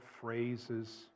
phrases